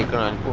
on